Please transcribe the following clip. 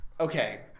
okay